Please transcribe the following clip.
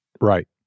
Right